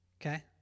Okay